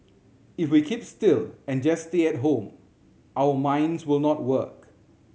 if we keep still and just stay at home our minds will not work